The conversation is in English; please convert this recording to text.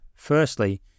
Firstly